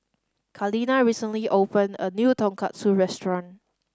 Kaleena recently opened a new Tonkatsu Restaurant